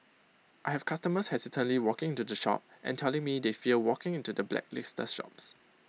I have customers hesitantly walking into the shop and telling me they fear walking into the blacklisted shops